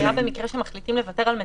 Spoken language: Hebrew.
זה היה במקרה שמחליטים לוותר על מדינות,